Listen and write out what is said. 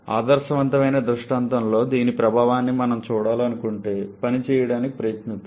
ఆదర్శవంతమైన దృష్టాంతంలో దీని ప్రభావాన్ని మనం చూడాలనుకుంటే పని చేయడానికి ప్రయత్నిద్దాం